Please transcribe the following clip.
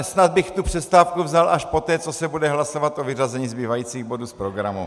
Snad bych tu přestávku vzal až poté, co se bude hlasovat o vyřazení zbývajících bodů z programu.